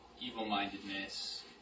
evil-mindedness